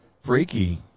Freaky